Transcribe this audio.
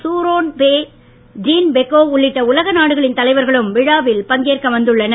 சூரோன்பே ஜீன்பெக்கோ உள்ளிட்ட உலக நாடுகளின் தலைவர்களும் விழாவில் பங்கேற்க வந்துள்ளனர்